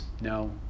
no